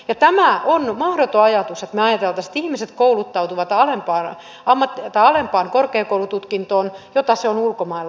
tämä on mahdoton ajatus että me ajattelisimme että ihmiset kouluttautuvat alempaan korkeakoulututkintoon jota tämä niin sanottu ammattikorkeakoulututkinto on ulkomailla